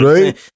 right